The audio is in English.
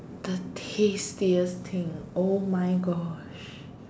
the tastiest thing !oh-my-gosh!